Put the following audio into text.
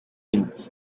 inc